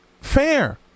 fair